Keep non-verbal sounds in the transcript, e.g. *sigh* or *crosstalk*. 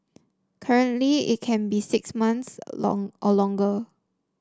currently it can be six months *unintelligible* or longer